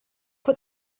what